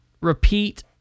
repeat